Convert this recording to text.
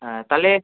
অ্যাঁ তাহলে